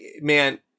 man